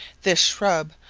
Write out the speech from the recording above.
this shrub,